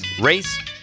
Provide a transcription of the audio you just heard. Race